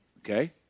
Okay